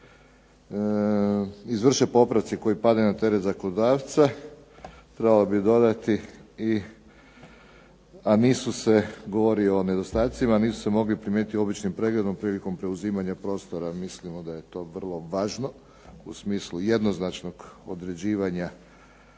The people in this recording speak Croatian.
izvrše popravci koji padaju na teret zakonodavca, trebalo bi dodati a nisu se, govori o nedostacima, a nisu se mogli primijetiti običnim pregledom prilikom preuzimanja prostora. Mislimo da je to vrlo važno u smislu jednoznačnog određivanja